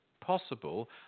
possible